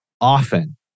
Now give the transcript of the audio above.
often